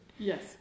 Yes